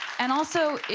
and also,